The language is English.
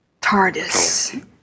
Tardis